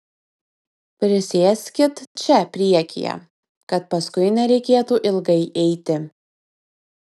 prisėskit čia priekyje kad paskui nereikėtų ilgai eiti